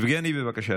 יבגני, בבקשה,